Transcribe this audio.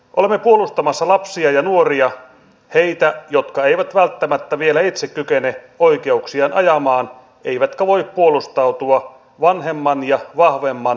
olemme puolustamassa lapsia ja nuoria heitä jotka eivät välttämättä vielä itse kykene oikeuksiaan ajamaan eivätkä voi puolustautua vanhemman ja vahvemman uhkaa vastaan